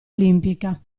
olimpica